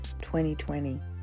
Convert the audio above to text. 2020